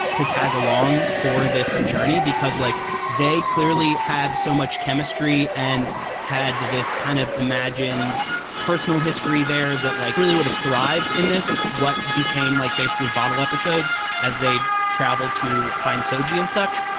to tag along for this journey because like they clearly had so much chemistry and had this kind of imagined personal history there that like really would have thrived in this. what became like basically bottle episodes as they traveled to find so saji and such.